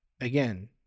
Again